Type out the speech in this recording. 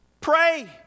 Pray